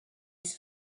its